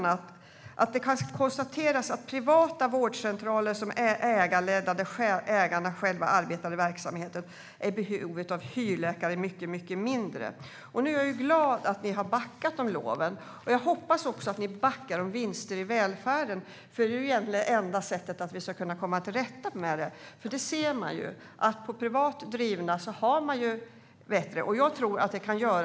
Man konstaterar att privata vårdcentraler som är ägarledda och där ägarna själva arbetar i verksamheten är i behov av hyrläkare i mycket mindre utsträckning. Jag är glad att ni nu har backat om LOV. Jag hoppas att ni också backar om vinster i välfärden, eftersom det egentligen är enda sättet för att vi ska kunna komma till rätta med detta. Vi ser nämligen att man har det bättre på privat drivna vårdcentraler.